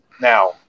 now